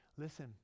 listen